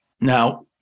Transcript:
Now